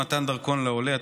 מתן דרכון לעולה),